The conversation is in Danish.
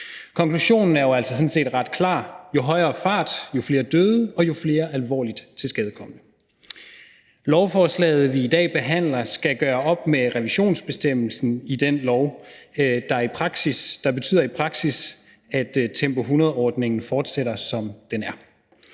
Konklusionen er jo altså sådan set ret klar: Jo højere fart, jo flere døde, og jo flere alvorligt tilskadekomne. Lovforslaget, vi i dag behandler, skal gøre op med revisionsbestemmelsen i den lov, der i praksis betyder, at Tempo 100-ordningen fortsætter, som den er.